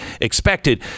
expected